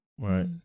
Right